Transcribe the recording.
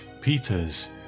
Peter's